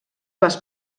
les